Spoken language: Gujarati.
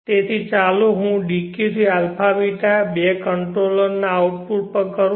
તેથી ચાલો હું dq થી αβ બે કંટ્રોલર ના આઉટપુટ પર કરું